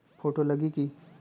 Photo लगी कि?